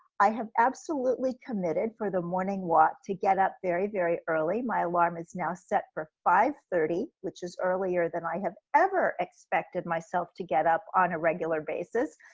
i have absolutely committed for the morning walk, to get up very very early, my alarm is now set for five thirty, which is earlier than i have ever expected myself to get up on a regular basis,